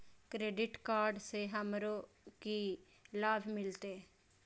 Credit card से हमरो की लाभ मिलते?